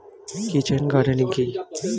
Kitchen gardening কি?